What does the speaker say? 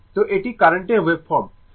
তো এটি কার্রেন্টের ওয়েভফর্ম